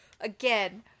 Again